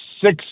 six